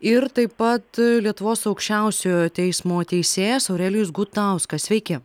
ir taip pat lietuvos aukščiausiojo teismo teisėjas aurelijus gutauskas sveiki